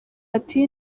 ati